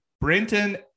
Brenton